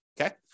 Okay